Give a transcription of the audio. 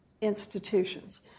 institutions